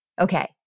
Okay